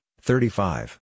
thirty-five